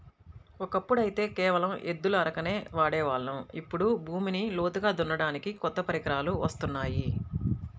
ఒకప్పుడైతే కేవలం ఎద్దుల అరకనే వాడే వాళ్ళం, ఇప్పుడు భూమిని లోతుగా దున్నడానికి కొత్త పరికరాలు వత్తున్నాయి